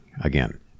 again